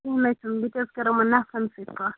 کیٚنہہ نہ حظ چھِنہٕ بہٕ تہِ حظ کَر یِمَن نفرَن سۭتۍ کَتھ